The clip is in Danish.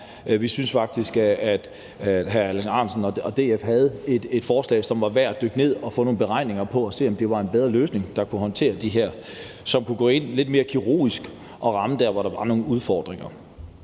Vi synes faktisk, at hr. Alex Ahrendtsen og DF havde et forslag, som var værd at dykke ned i og få nogle beregninger på for at se, om det var en bedre løsning, som kunne gå ind lidt mere kirurgisk og ramme der, hvor der var nogle udfordringer.